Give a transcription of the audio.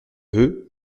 veux